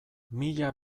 mila